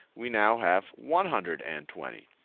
we now have one hundred and twenty.